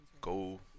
go